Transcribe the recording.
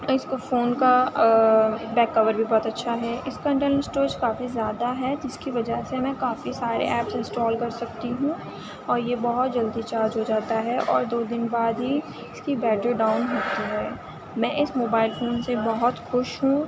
اور اس کا فون کا بیک کور بھی بہت اچھا ہے اس کا انٹرنل اسٹوریج کافی زیادہ ہے جس کی وجہ سے میں کافی سارے ایپس انسٹال کر سکتی ہوں اور یہ بہت جلدی چارج ہو جاتا ہے اور دو دن بعد ہی اس کی بیٹری ڈاؤن ہوتی ہے میں اس موبائل فون سے بہت خوش ہوں